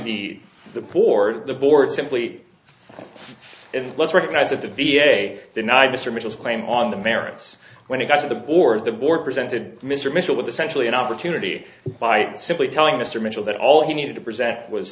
the the poor the board simply let's recognize that the v a denied mr mitchell's claim on the merits when it got to the board the board presented mr mitchell with essentially an opportunity by simply telling mr mitchell that all he needed to present was